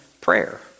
prayer